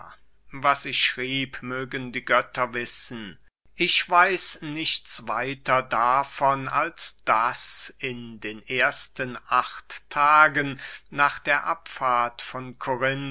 was ich schrieb mögen die götter wissen ich weiß nichts weiter davon als daß in den ersten acht tagen nach der abfahrt von